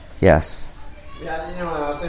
Yes